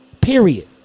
Period